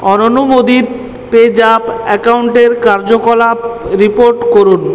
অননুমোদিত PayZapp অ্যাকাউন্টের কার্যকলাপ report করুন